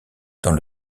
dans